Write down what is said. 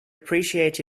appreciate